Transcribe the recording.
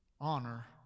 Honor